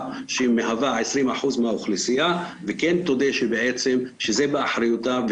שמהווה 20% מהאוכלוסייה וכן תודה שזה באחריותה,